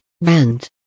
rent